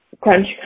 Crunch